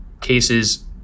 cases